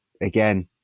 again